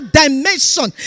dimension